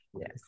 Yes